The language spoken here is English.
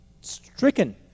stricken